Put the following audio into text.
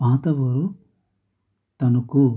పాత ఊరు తణుకు